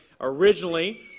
Originally